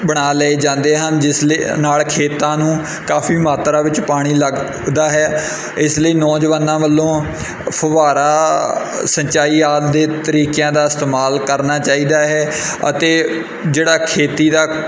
ਬਣਾ ਲਏ ਜਾਂਦੇ ਹਨ ਜਿਸ ਲਈ ਨਾਲ ਖੇਤਾਂ ਨੂੰ ਕਾਫੀ ਮਾਤਰਾ ਵਿੱਚ ਪਾਣੀ ਲੱਗਦਾ ਹੈ ਇਸ ਲਈ ਨੌਜਵਾਨਾਂ ਵੱਲੋਂ ਫੁਹਾਰਾ ਸਿੰਚਾਈ ਆਦਿ ਦੇ ਤਰੀਕਿਆਂ ਦਾ ਇਸਤੇਮਾਲ ਕਰਨਾ ਚਾਹੀਦਾ ਹੈ ਅਤੇ ਜਿਹੜਾ ਖੇਤੀ ਦਾ